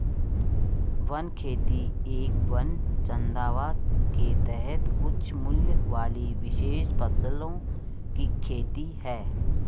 one खेती एक वन चंदवा के तहत उच्च मूल्य वाली विशेष फसलों की खेती है